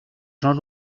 jean